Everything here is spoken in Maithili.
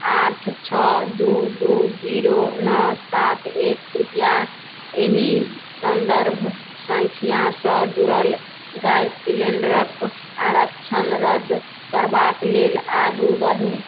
आठ छओ दू दू जीरो नओ सात एक कृपया एहि सन्दर्भ सँख्या सँ जुड़ल गैस सिलेंडरक आरक्षण रद्द करबाक लेल आगू बढ़ू